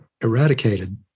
eradicated